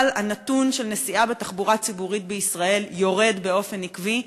אבל הנתון של נסיעה בתחבורה הציבורית בישראל יורד באופן עקבי,